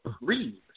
read